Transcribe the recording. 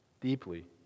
deeply